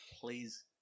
please